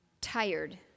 tired